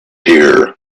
here